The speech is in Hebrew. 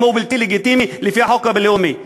היא בלתי לגיטימית לפי החוק הבין-לאומי.